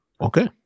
Okay